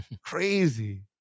Crazy